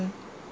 india